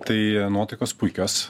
tai nuotaikos puikios